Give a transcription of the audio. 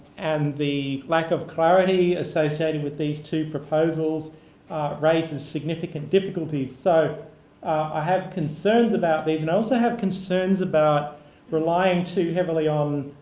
and the lack of clarity associated with these two proposals raises significant difficulties. so i have concerns about these, and i also have concerns about relying too heavily on